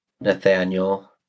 Nathaniel